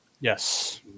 Yes